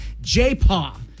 J-Paw